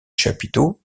chapiteaux